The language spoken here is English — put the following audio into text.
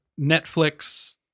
netflix